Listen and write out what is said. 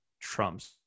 trumps